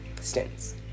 stints